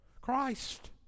Christ